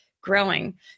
growing